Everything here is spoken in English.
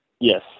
Yes